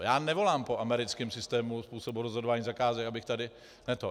Já nevolám po americkém systému způsobu rozhodování zakázek, abych tady ne to.